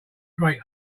great